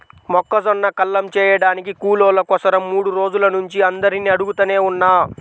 మొక్కజొన్న కల్లం చేయడానికి కూలోళ్ళ కోసరం మూడు రోజుల నుంచి అందరినీ అడుగుతనే ఉన్నా